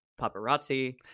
paparazzi